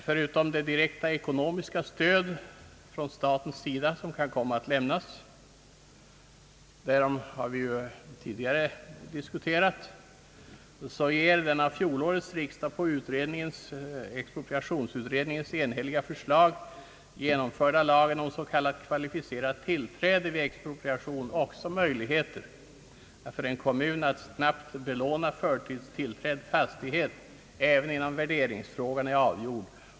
Förutom det direkta ekonomiska stöd som kan komma att lämnas från staten — därom har vi ju tidigare diskuterat — ger den av fjolårets riksdag på expropriationsutredningens enhälliga förslag genomförda lagen om s.k. kvalificerat tillträde också möjligheter för en kommun att snabbt belåna förtidstillträdd fastighet även innan värderingsfrågan är avgjord.